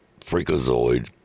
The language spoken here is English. freakazoid